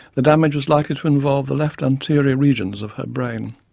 the damage was likely to involve the left anterior regions of her brain.